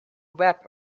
wrap